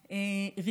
המדינה.